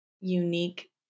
unique